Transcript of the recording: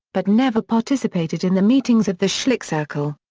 but never participated in the meetings of the schlick-circle.